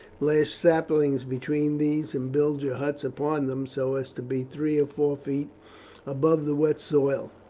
lash saplings between these and build your huts upon them so as to be three or four feet above the wet soil.